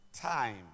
time